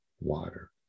water